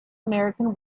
american